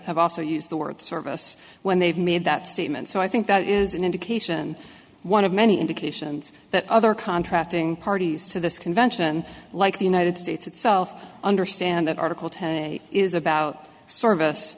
have also used the word service when they've made that statement so i think that is an indication one of many indications that other contracting parties to this convention like the united states itself understand that article ten is about service